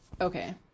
Okay